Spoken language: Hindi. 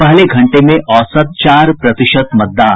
पहले घंटे में औसतन चार प्रतिशत मतदान